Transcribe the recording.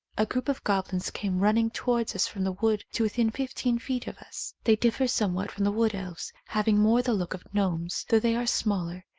a group of goblins came run ning towards us from the wood to within fif teen feet of us. they differ somewhat from the wood elves, having more the look of gnomes, though they are smaller,